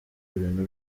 ibintu